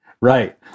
right